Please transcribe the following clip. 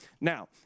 Now